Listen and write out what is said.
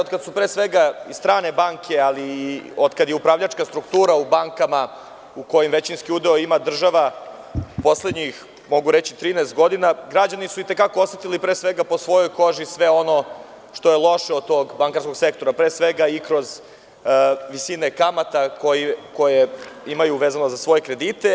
Otkad su strane banke, ali i otkad je upravljačka struktura u bankama u kojim većinski udeo ima država, poslednjih 13 godina građani su i te kako osetili pre svega po svojoj koži sve ono što je loše od tog bankarskog sektora, i kroz visine kamata koje imaju vezano za svoje kredite.